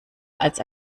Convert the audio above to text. als